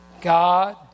God